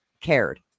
cared